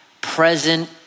present